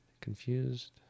confused